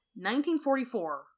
1944